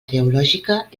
teològica